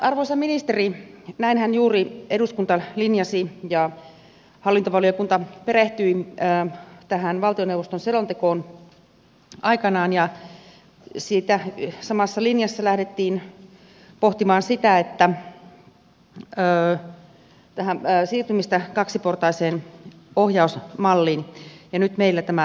arvoisa ministeri näinhän juuri eduskunta linjasi ja hallintovaliokunta perehtyi tähän valtioneuvoston selontekoon aikanaan ja siitä samassa linjassa lähdettiin pohtimaan siirtymistä kaksiportaiseen ohjausmalliin ja nyt meillä tämä lakiesitys on tässä